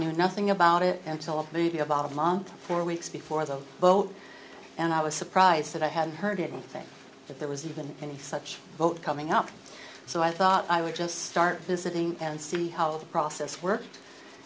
knew nothing about it until maybe about a month four weeks before as a vote and i was surprised that i hadn't heard anything if there was even any such vote coming up so i thought i would just start visiting and see how the process work